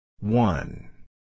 One